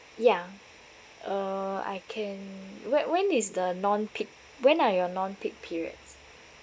ya uh I can whe~ when is the non peak when are your non peak periods